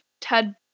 Ted